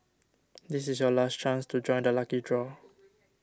this is your last chance to join the lucky draw